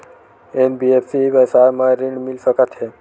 NBFC व्यवसाय मा ऋण मिल सकत हे